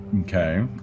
okay